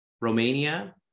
Romania